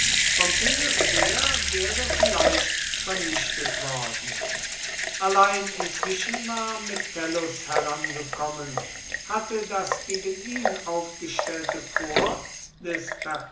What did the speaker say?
pompeius heer wäre vielleicht vernichtet worden allein inzwischen war metellus herangekommen hatte das gegen ihn aufgestellte korps des